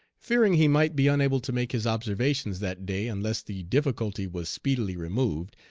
fearing he might be unable to make his observations that day unless the difficulty was speedily removed,